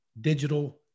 digital